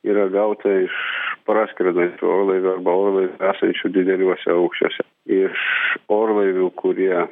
yra gauta iš praskrendančio orlaivio arba orlaivių esančių dideliuose aukščiuose iš orlaivių kurie